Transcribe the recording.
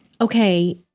okay